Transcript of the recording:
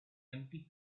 empty